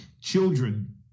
children